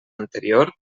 anterior